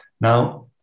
Now